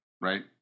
right